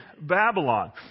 Babylon